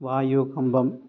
വായുകമ്പം